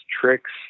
tricks